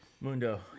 Mundo